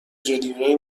جلیقه